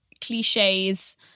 cliches